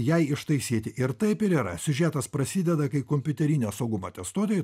ją ištaisyti ir taip ir yra siužetas prasideda kai kompiuterinio saugumo testuotojai